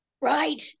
right